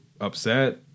upset